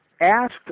asked